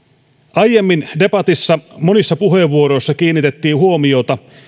aiemmin debatissa monissa puheenvuoroissa kiinnitettiin huomiota